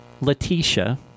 Letitia